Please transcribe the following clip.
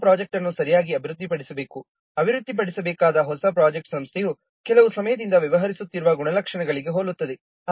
ಹೊಸ ಪ್ರೊಜೆಕ್ಟ್ ಅನ್ನು ಸರಿಯಾಗಿ ಅಭಿವೃದ್ಧಿಪಡಿಸಬೇಕು ಅಭಿವೃದ್ಧಿಪಡಿಸಬೇಕಾದ ಹೊಸ ಪ್ರೊಜೆಕ್ಟ್ ಸಂಸ್ಥೆಯು ಕೆಲವು ಸಮಯದಿಂದ ವ್ಯವಹರಿಸುತ್ತಿರುವ ಗುಣಲಕ್ಷಣಗಳಿಗೆ ಹೋಲುತ್ತದೆ